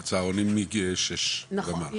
בצהרונים מגיל שש ומעלה.